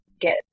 get